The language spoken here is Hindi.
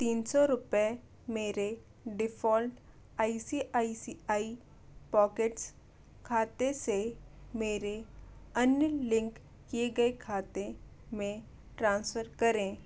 तीन सौ रुपये मेरे default I C I C I pockets खाते से मेरे अन्य लिंक किए गए खाते में ट्रांसफ़र करें